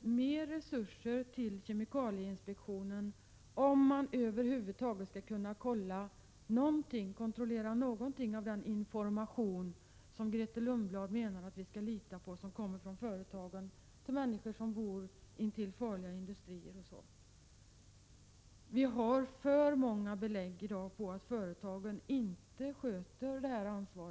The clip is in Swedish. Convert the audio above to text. mer resurser till kemikalieinspektionen, om man över huvud taget skall kunna kontrollera någonting av den information som Grethe Lundblad menar att vi skall lita på och som kommer från företagen till människor som bor intill farliga industrier osv. I dag har vi för många belägg på att företagen inte sköter detta ansvar.